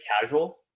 casual